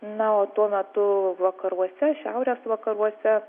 na o tuo metu vakaruose šiaurės vakaruose